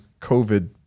COVID